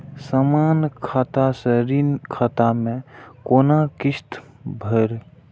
समान खाता से ऋण खाता मैं कोना किस्त भैर?